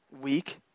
week